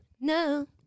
No